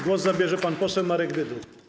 Głos zabierze pan poseł Marek Dyduch.